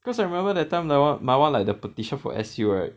because I remember that time my one my one like the petition for S_U right